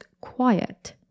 quiet